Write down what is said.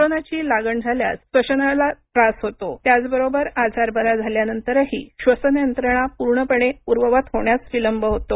कोरोनाची लागण झाल्यास श्वसनाला त्रास होतो त्याचबरोबर आजार बरा झाल्यानंतरही श्वसन यंत्रणा पूर्ववत होण्यास विलंब होतो